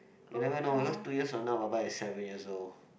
you will never know because two years from now baba is seven years old